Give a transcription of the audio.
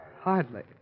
Hardly